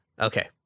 okay